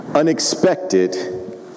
Unexpected